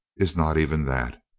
is not even that.